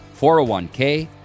401k